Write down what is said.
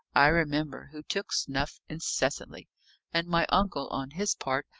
i remember, who took snuff incessantly and my uncle, on his part,